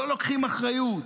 לא לוקחים אחריות,